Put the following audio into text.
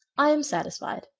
i am satisfied,